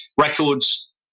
records